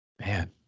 Man